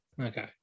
Okay